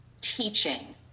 teaching